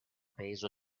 peso